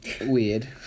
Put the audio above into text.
weird